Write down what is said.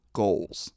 goals